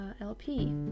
LP